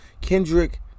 Kendrick